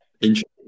Interesting